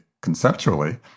conceptually